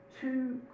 Two